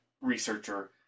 researcher